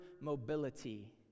mobility